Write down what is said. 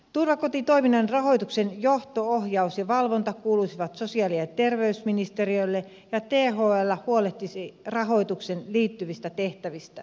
turvakotitoiminnan rahoituksen johto ohjaus ja valvonta kuuluisivat sosiaali ja terveysministeriölle ja thl huolehtisi rahoitukseen liittyvistä tehtävistä